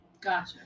Gotcha